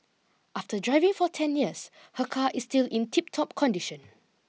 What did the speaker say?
after driving for ten years her car is still in tiptop condition